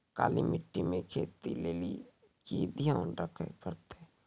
काली मिट्टी मे खेती लेली की ध्यान रखे परतै?